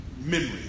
memory